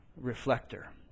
reflector